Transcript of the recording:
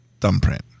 thumbprint